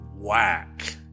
whack